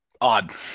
Odd